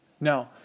Now